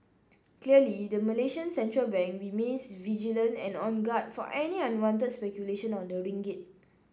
clearly the Malaysian central bank remains vigilant and on guard for any unwanted speculation on the ringgit